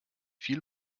viel